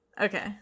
Okay